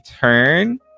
turn